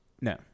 No